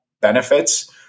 benefits